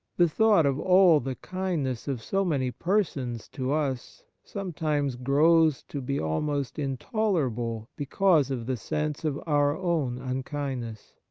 the thought of all the kindness of so many persons to us some times growls to be almost intolerable because of the sense of our own unkindness.